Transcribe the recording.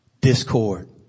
discord